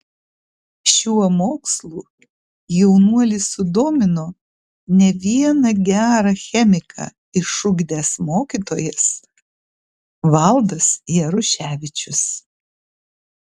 šiuo mokslu jaunuolį sudomino ne vieną gerą chemiką išugdęs mokytojas valdas jaruševičius